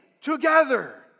together